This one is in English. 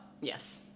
Yes